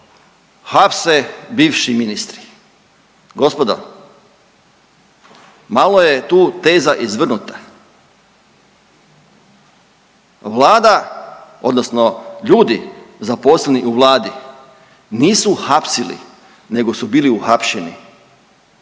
hapse bivši ministri. Gospodo, malo je tu teza izvrnuta. Vlada odnosno ljudi zaposleni u vladi nisu hapsili nego su bili uhapšeni,